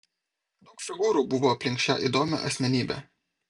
daug figūrų buvo aplink šią įdomią asmenybę